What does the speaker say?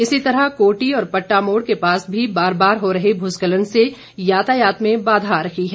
इसी तरह कोटी और पट्टा मोड़ के पास भी बार बार हो रहे भूस्खलन से यातायात में बाधा आ रही है